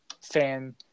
fan